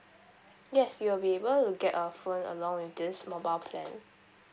yes you will be able to get a phone along with this mobile plan